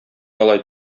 алай